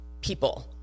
people